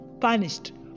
punished